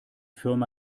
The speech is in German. firma